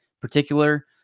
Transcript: particular